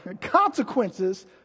consequences